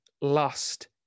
lust